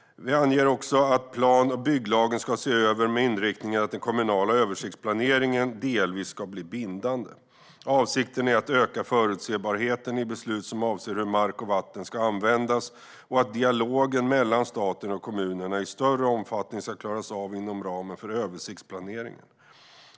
Vi anger också att plan och bygglagen ska ses över med inriktningen att den kommunala översiktsplaneringen delvis ska bli bindande. Avsikten är att öka förutsebarheten i beslut som avser hur mark och vatten ska användas och att dialogen mellan staten och kommunerna i större omfattning ska klaras av inom ramen för översiktsplaneringen.